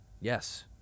Yes